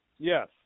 Yes